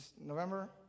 November